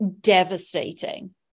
devastating